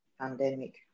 pandemic